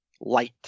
Light